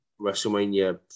WrestleMania